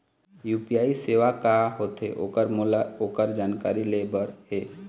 UPI सेवा का होथे ओकर मोला ओकर जानकारी ले बर हे?